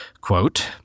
quote